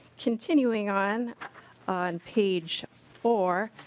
continuing on on page four